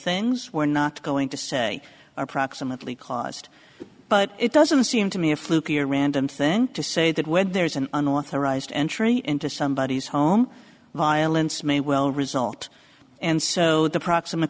things we're not going to say approximately caused but it doesn't seem to me a flukey or random thing to say that where there is an unauthorized entry into somebodies home violence may well result and so the proximate